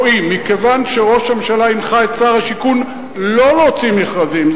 לא "אם": מכיוון שראש הממשלה הנחה את שר השיכון לא להוציא מכרזים,